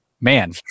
Man